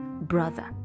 brother